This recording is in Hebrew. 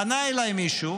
פנה אליי מישהו